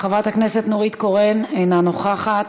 חברת הכנסת נורית קורן, אינה נוכחת,